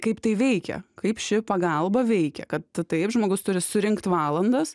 kaip tai veikia kaip ši pagalba veikia kad taip žmogus turi surinkt valandas